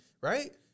right